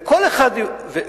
וכל אחד מבין,